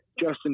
Justin